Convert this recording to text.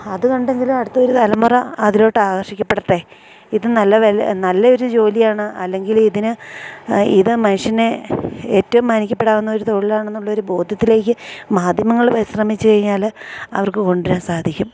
അത് കണ്ടെങ്കിലും അടുത്തൊരു തലമുറ അതിലേക്ക് ആകർഷിക്കപ്പെടട്ടെ ഇത് നല്ലൊരു ജോലിയാണ് അല്ലെങ്കില് ഇതിന് ഇത് മനുഷ്യന് ഏറ്റവും മാനിക്കപ്പെടാവുന്ന ഒരു തൊഴിലാണെന്നുള്ളൊരു ബോധ്യത്തിലേക്ക് മാധ്യമങ്ങള് പരിശ്രമിച്ച് കഴിഞ്ഞാല് അവർക്ക് കൊണ്ടുവരാൻ സാധിക്കും